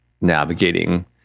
navigating